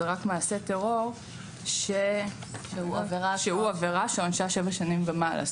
רק מעשה טרור שהוא עבירה שעונשה שבע שנים ומעלה.